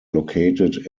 located